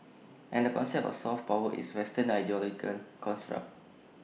and the concept of soft power is western ideological construct